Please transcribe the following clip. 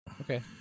okay